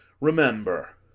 Remember